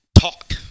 talk